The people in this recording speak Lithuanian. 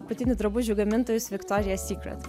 apatinių drabužių gamintojus viktorija sykret